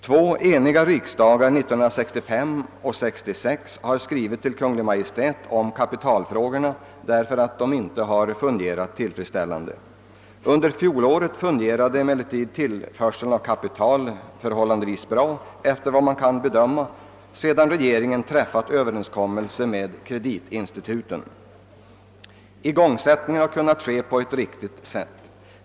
Två eniga riksdagar, 1965 och 1966, har skrivit till Kungl. Maj:t om kapitalfrågorna därför att kapitalförsörjningen inte hade fungerat tillfredsställande. Under fjolåret fungerade emellertid tillförseln av kapital förhållandevis bra, efter vad man kunde bedöma, sedan regeringen träffat överenskommelse med kreditinstituten. Igångsättning har kunnat ske på ett riktigt sätt.